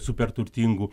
super turtingų